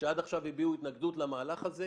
שעד עכשיו הביעה התנגדות למהלך הזה.